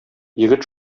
егет